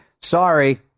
sorry